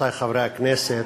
רבותי חברי הכנסת,